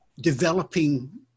developing